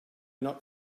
not